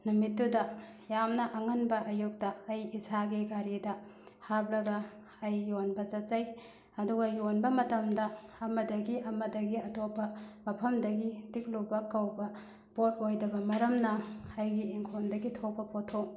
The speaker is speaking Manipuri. ꯅꯨꯃꯤꯠꯇꯨꯗ ꯌꯥꯝꯅ ꯑꯉꯟꯕ ꯑꯌꯨꯛꯇ ꯑꯩ ꯏꯁꯥꯒꯤ ꯒꯥꯔꯤꯗ ꯍꯥꯞꯂꯒ ꯑꯩ ꯌꯣꯟꯕ ꯆꯠꯆꯩ ꯑꯗꯨꯒ ꯌꯣꯟꯕ ꯃꯇꯝꯗ ꯑꯃꯗꯒꯤ ꯑꯃꯗꯒꯤ ꯑꯇꯣꯞꯄ ꯃꯐꯝꯗꯒꯤ ꯇꯤꯛꯂꯨꯕ ꯀꯧꯕ ꯄꯣꯠ ꯑꯣꯏꯗꯕ ꯃꯔꯝꯅ ꯑꯩꯒꯤ ꯏꯪꯈꯣꯟꯗꯒꯤ ꯊꯣꯛꯄ ꯄꯣꯠꯊꯣꯛ